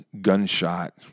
gunshot